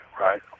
right